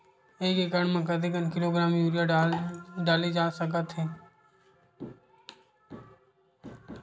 एक एकड़ म कतेक किलोग्राम यूरिया डाले जा सकत हे?